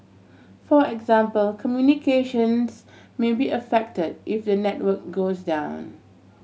for example communications may be affected if the network goes down